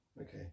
okay